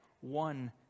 one